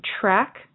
track